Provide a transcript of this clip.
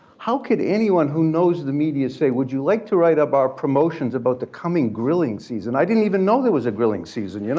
how could anyone who knows the media say, would you like to write up our promotions about the coming grilling season. i didn't even know there was a grilling season, you know